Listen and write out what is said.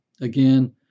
Again